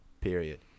Period